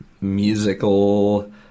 musical